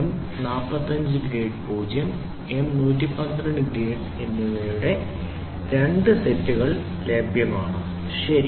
M 45 grade 0 M 112 grade എന്നിവയുടെ 2 സെറ്റുകൾ ലഭ്യമാണ് ശരി